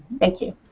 thank you.